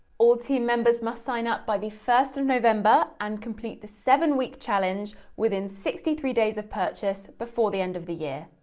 all team members must sign up by the first of november and complete the seven-week challenge within sixty three days of purchase before the end of the year.